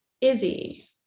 Izzy